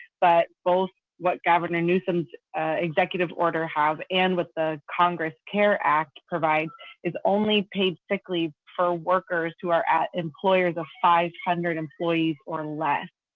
but both what governor newsom's executive order have and with the congress care act provides is only paid sick leave for workers who are at employers of five hundred employees or less.